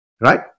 right